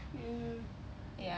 mm